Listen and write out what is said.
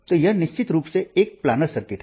तो यह निश्चित रूप से एक प्लानर सर्किट है